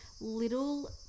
little